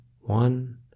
one